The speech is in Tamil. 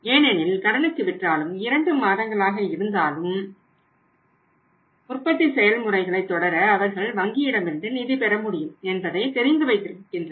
ஏனெனில் கடனுக்கு விற்றாலும் 2 மாதங்களாக இருந்தாலும் உற்பத்தி செயல்முறைகளை தொடர அவர்கள் வங்கியிடமிருந்து நிதி பெற முடியும் என்பதை தெரிந்து வைத்திருக்கின்றனர்